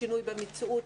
לשינוי במציאות,